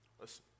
Listen